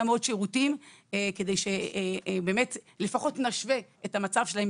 גם עוד שירותים כדי שלפחות נשווה את המצב שלהם,